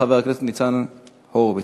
חבר הכנסת ניצן הורוביץ.